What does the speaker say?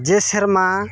ᱡᱮ ᱥᱮᱨᱢᱟ